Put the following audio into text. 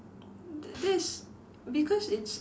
the that is because it's